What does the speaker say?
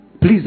Please